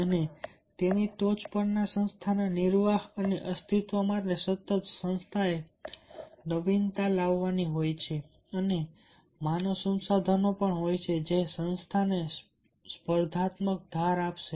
અને તેની ટોચ પર સંસ્થાના નિર્વાહ અને અસ્તિત્વ માટે સતત સંસ્થાએ નવીનતા લાવવાની હોય છે અને માનવ સંસાધનો હોય છે જે સંસ્થાને સ્પર્ધાત્મક ધાર આપશે